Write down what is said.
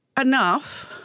Enough